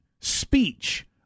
speech